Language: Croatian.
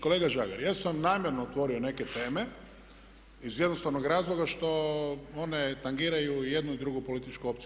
Kolega Žagar, ja sam namjerno otvorio neke teme iz jednostavnog razloga što one tangiraju i jednu i drugu političku opciju.